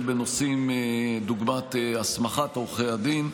בנושאים כדוגמת הסמכת עורכי הדין.